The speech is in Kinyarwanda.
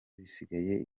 bisigaye